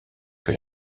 que